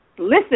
Listen